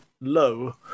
low